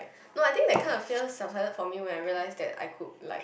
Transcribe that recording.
no I think that kind of fear subsided for me when I realise that I could like